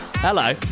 Hello